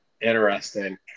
interesting